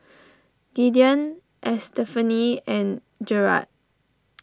Gideon Estefany and Gerard